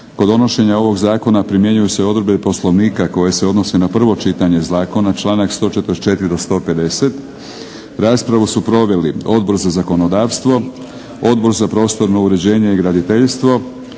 Kod donošenja ovog zakona primjenjuju se odredbe Poslovnika koje se odnose na prvo čitanje zakona, članak 144. do 150. Raspravu su proveli Odbor za zakonodavstvo, Odbor za prostorno uređenje i graditeljstvo,